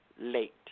late